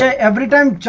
ah every